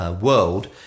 world